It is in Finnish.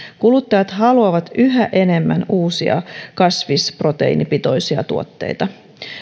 kuluttajat haluavat yhä enemmän uusia kasvisproteiinipitoisia tuotteita